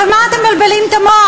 הרי מה אתם מבלבלים את המוח?